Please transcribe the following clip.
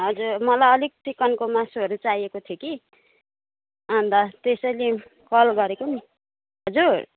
हजुर मलाई अलिक चिकनको मासुहरू चाहिएको थियो कि अन्त त्यसैले कल गरेको नि हजुर